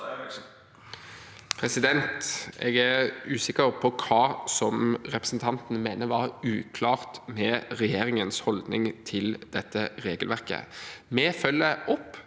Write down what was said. Jeg er usikker på hva representanten mener var uklart med regjeringens holdning til dette regelverket. Vi følger opp de